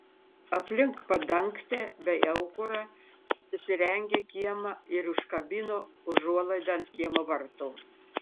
aplink padangtę bei aukurą jis įrengė kiemą ir užkabino užuolaidą ant kiemo vartų